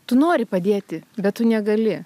tu nori padėti bet tu negali